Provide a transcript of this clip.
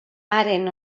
haren